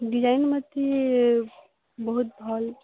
design ମୋତେ ବହୁତ ଭଲ